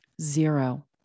Zero